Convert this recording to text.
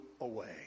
away